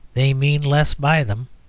they mean less by them.